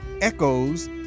echoes